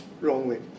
wrongly